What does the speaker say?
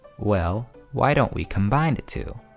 well why don't we combine the two.